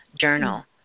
journal